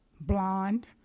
blonde